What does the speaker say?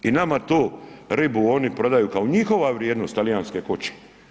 I nama tu ribu oni prodaju kao njihova vrijednog talijanske koće.